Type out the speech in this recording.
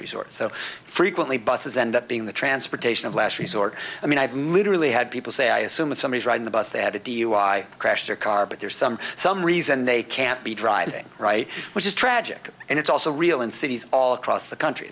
resort so frequently buses end up being the transportation of last resort i mean i've literally had people say i assume that somebody driving the bus they had a dui crash their car but there's some some reason they can't be driving right which is tragic and it's also real in cities all across the country